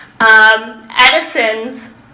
Edison's